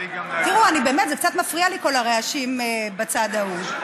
תראו, קצת מפריעים לי כל הרעשים בצד ההוא.